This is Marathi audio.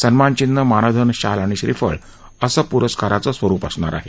सन्मानचिन्ह मानधन शाल आणि श्रीफळ असे पुरस्काराचे स्वरुप असणार आहे